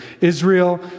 Israel